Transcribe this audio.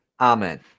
Amen